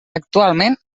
actualment